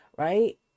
right